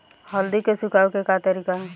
हल्दी के सुखावे के का तरीका ह?